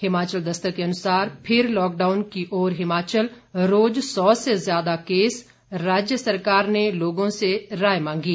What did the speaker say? हिमाचल दस्तक के अनुसार फिर लॉकडाउन की ओर हिमाचल रोज सौ से ज्यादा केस राज्य सरकार ने लोगों से राय मांगी